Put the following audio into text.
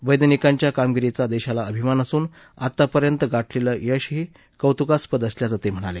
वैज्ञानिकांच्या कामगिरीचा देशाला अभिमान असून आतापर्यंत गाठलेलं यशही कौतुकास्पद असल्याचं ते म्हणाले